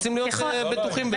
רוצים להיות בטוחים בזה.